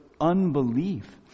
unbelief